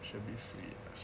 should be free lah